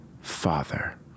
father